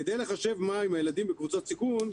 כדי לחשב מה הם הילדים בקבוצות סיכון,